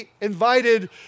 invited